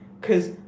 Cause